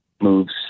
moves